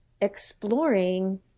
exploring